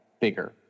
bigger